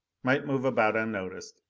might move about unnoticed,